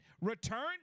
return